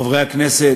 תודה רבה, חברי הכנסת,